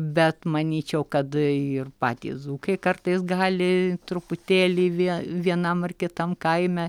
bet manyčiau kad ir patys dzūkai kartais gali truputėlį vie vienam ar kitam kaime